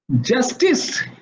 justice